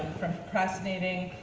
from procrastinating,